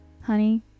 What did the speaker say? honey